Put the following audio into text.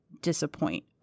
disappoint